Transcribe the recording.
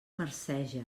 marceja